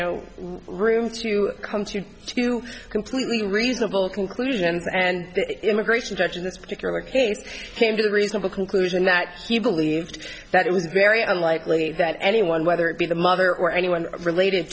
know room to come to you completely reasonable conclusion and the immigration judge in this particular case came to the reasonable conclusion that he believed that it was very unlikely that anyone whether it be the mother or anyone related